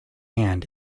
hand